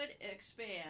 expand